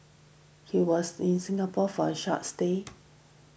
he was in Singapore for a short stay